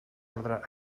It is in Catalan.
ordre